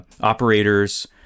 operators